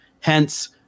Hence